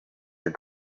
your